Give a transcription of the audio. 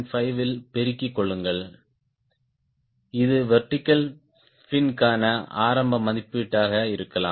5 ஆல் பெருக்கிக் கொள்ளுங்கள் இது வெர்டிகல் பின்க்கான ஆரம்ப மதிப்பீடாக இருக்கலாம்